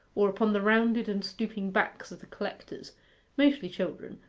or upon the rounded and stooping backs of the collectors mostly children,